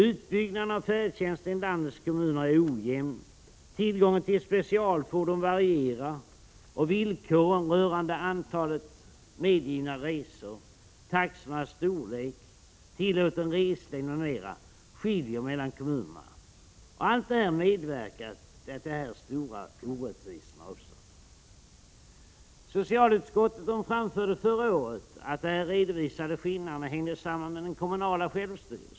Utbyggnaden av färdtjänsten i landets kommuner är ojämn, tillgången till specialfordon varierar, och villkoren för antalet medgivna resor, taxornas storlek och tillåten reslängd skiljer sig från kommun till kommun. Allt detta har medfört att stora orättvisor har uppstått. Socialutskottet framhöll förra året att de redovisade skillnaderna hängde samman med den kommunala självstyrelsen.